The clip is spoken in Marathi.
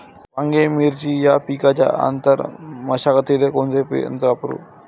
वांगे, मिरची या पिकाच्या आंतर मशागतीले कोनचे यंत्र वापरू?